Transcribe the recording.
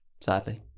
sadly